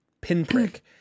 pinprick